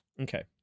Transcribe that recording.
Okay